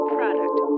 Product